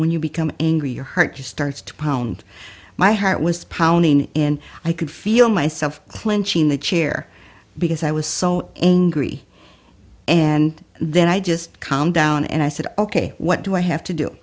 when you become angry your heart just starts to pound my heart was pounding and i could feel myself clenching the chair because i was so angry and then i just calmed down and i said ok what do i have to do